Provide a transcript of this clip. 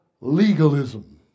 legalism